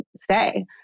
stay